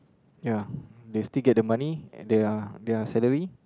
ya they still get the money their their salary